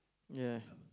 ya